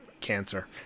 Cancer